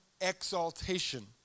exaltation